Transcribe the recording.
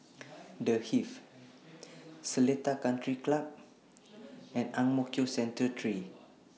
The Hive Seletar Country Club and Ang Mo Kio Central three